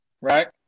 right